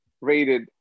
rated